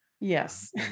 Yes